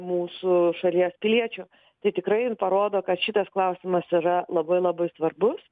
mūsų šalies piliečių tai tikrai jin parodo kad šitas klausimas yra labai labai svarbus